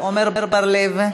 עמר בר-לב,